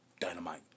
Dynamite